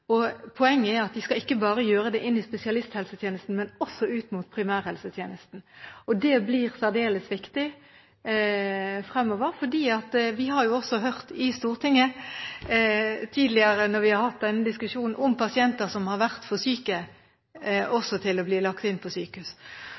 formidling. Poenget er at de ikke bare skal gjøre det inn i spesialisthelsetjenesten, men også ut mot primærhelsetjenesten. Det blir særdeles viktig fremover, fordi vi i Stortinget tidligere har hørt, når vi har hatt denne diskusjonen, om pasienter som også har vært for syke